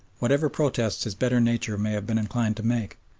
whatever protests his better nature may have been inclined to make,